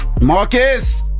marcus